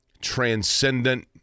transcendent